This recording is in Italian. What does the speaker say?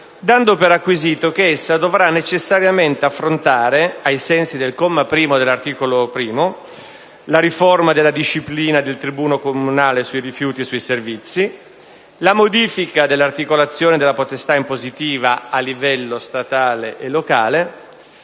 dando per acquisito che essa dovrà necessariamente affrontare, ai sensi del comma 1 dell'articolo 1: la riforma della disciplina del tributo comunale sui rifiuti e sui servizi; la modifica dell'articolazione della potestà impositiva a livello statale e locale;